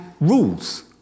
rules